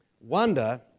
wonder